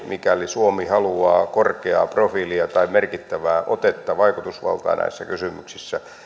mikäli suomi haluaa korkeaa profiilia tai merkittävää otetta vaikutusvaltaa näissä kysymyksissä